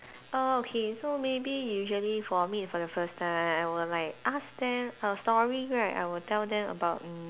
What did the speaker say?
err okay so maybe usually for meet for the first time I will like ask them a story right I would tell them about mm